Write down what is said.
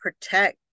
protect